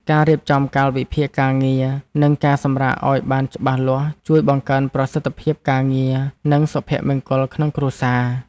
ការរៀបចំកាលវិភាគការងារ និងការសម្រាកឱ្យបានច្បាស់លាស់ជួយបង្កើនប្រសិទ្ធភាពការងារ និងសុភមង្គលក្នុងគ្រួសារ។